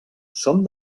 són